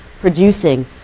producing